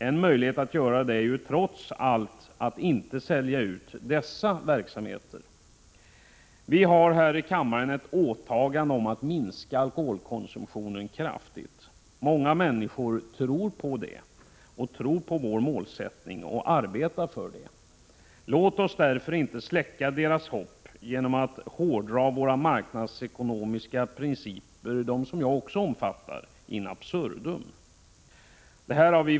En möjlighet att göra det är trots allt att inte sälja ut dessa verksamheter. Vi har här i kammaren ett åtagande om att minska alkoholkonsumtionen kraftigt. Många människor tror på det och tror på vår målsättning och arbetar för den. Låt oss därför inte släcka deras hopp genom att hårdra de marknadsekonomiska principerna — dem som också jag omfattar — in absurdum.